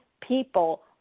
people